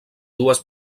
dues